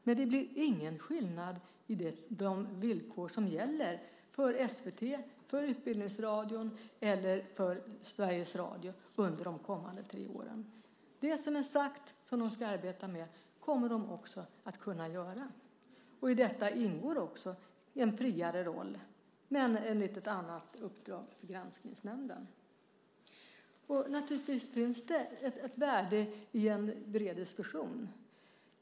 Men det blir ingen skillnad i de villkor som gäller för SVT, för Utbildningsradion eller för Sveriges Radio under de kommande tre åren. Det som är sagt att de ska arbeta med kommer de också att kunna göra. Och i detta ingår också en friare roll, men enligt ett annat uppdrag för Granskningsnämnden. Naturligtvis finns det ett värde i en bred diskussion.